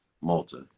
Malta